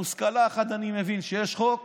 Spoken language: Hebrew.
מושכל אחד אני מבין, שיש חוק